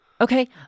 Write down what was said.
Okay